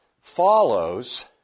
follows